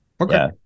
Okay